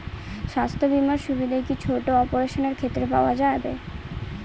স্বাস্থ্য বীমার সুবিধে কি ছোট অপারেশনের ক্ষেত্রে পাওয়া যাবে?